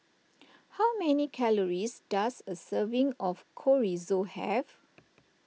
how many calories does a serving of Chorizo have